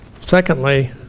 Secondly